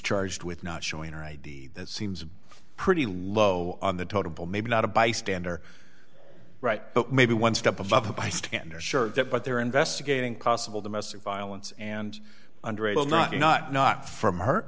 charged with not showing her id that seems pretty low on the totem pole maybe not a bystander right but maybe one step above a bystander sure that but they're investigating possible domestic violence and under a will not you not not from her